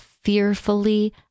fearfully